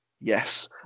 Yes